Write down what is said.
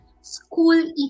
school